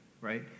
right